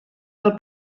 del